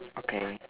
okay